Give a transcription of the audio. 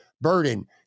Burden